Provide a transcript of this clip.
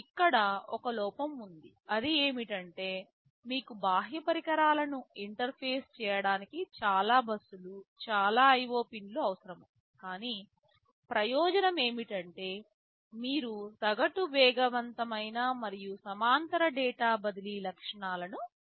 ఇక్కడ ఒక లోపం ఉంది అది ఏమిటంటే మీకు బాహ్య పరికరాలను ఇంటర్ఫేస్ చేయడానికి చాలా బస్సులు చాలా IO పిన్లు అవసరం కానీ ప్రయోజనం ఏమిటంటే మీరు సగటు వేగవంతమైన మరియు సమాంతర డేటా బదిలీ లక్షణాలను పొందుతారు